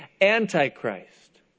Antichrist